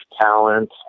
talent